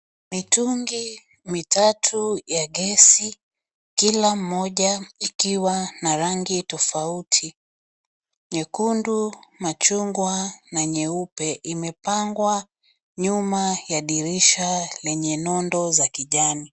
Mitungi mitatu ya gesi kila mmoja ikiwa na rangi tofauti nyekundu, machungwa na nyeupe imepangwa nyuma ya dirisha lenye nondo za kijani.